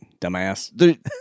dumbass